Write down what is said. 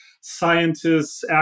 scientists